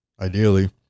ideally